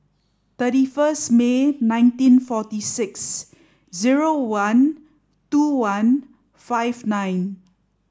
thirty first May nineteen forty six zero one two one five nine